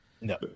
No